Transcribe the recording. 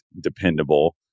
dependable